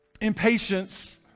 Impatience